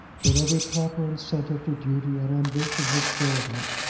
when every proper incentive to duty and ambition has failed him,